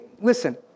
listen